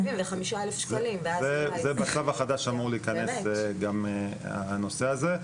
בצו החדש אמור להיכנס גם הנושא הזה.